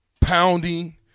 pounding